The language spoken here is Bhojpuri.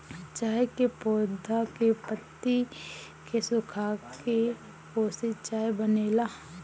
चाय के पौधा के पतइ के सुखाके ओसे चाय बनेला